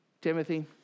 Timothy